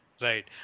Right